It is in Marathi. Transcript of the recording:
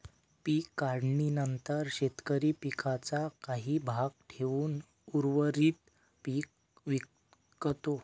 पीक काढणीनंतर शेतकरी पिकाचा काही भाग ठेवून उर्वरित पीक विकतो